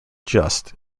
just